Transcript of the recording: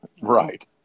Right